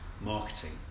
marketing